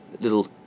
little